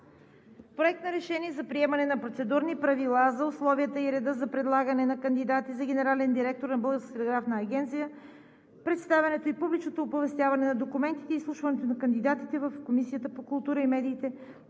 Проект на решение за приемане на Процедурни правила за условията и реда за предлагане на кандидати за генерален директор на Българската телеграфна агенция, представянето и публичното оповестяване на документите и изслушването на кандидатите в Комисията по културата и медиите,